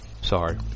Sorry